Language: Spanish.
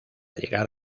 llegar